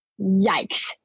yikes